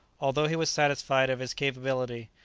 although he was satisfied of his capability,